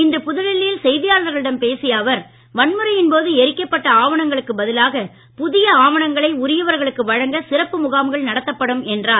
இன்று புதுடெல்லியில் செய்தியாளர்களிடம் பேசிய அவர் வன்முறையின் போது எரிக்கப்பட்ட ஆவணங்களுக்கு பதிலாக புதிய ஆவணங்களை உரியவர்களுக்கு வழங்க சிறப்பு முகாம்கள் நடத்தப்படும் என்றார்